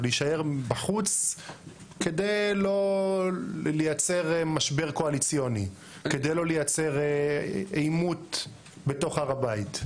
להישאר בחוץ כדי לא לייצר משבר קואליציוני או עימות בתוך הר הבית.